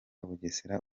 bugesera